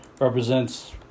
represents